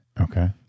Okay